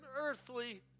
earthly